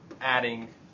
adding